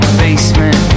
basement